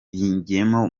ngiyemo